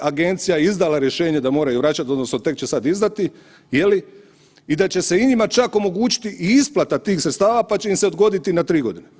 Agencija je izdala rješenje da moraju vraćat, odnosno tek će sad izdati, je li i da će se i njima čak omogućiti i isplata tih sredstava pa će im se odgoditi na tri godine.